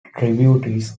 tributaries